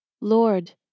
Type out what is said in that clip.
Lord